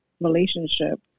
relationship